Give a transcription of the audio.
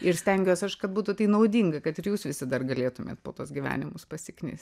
ir stengiuos aš kad būtų tai naudinga kad ir jūs visi dar galėtumėt po tuos gyvenimus pasiknisti